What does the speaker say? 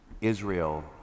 Israel